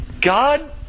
God